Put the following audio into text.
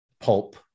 pulp